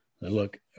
Look